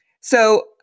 So-